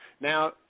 now